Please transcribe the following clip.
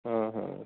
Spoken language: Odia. ହଁ ହଁ